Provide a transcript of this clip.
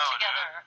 together